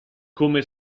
come